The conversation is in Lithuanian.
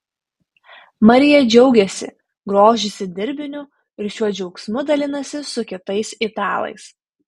marija džiaugiasi grožisi dirbiniu ir šiuo džiaugsmu dalinasi su kitais italais